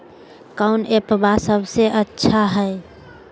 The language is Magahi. कौन एप्पबा सबसे अच्छा हय?